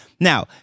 Now